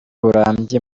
burambye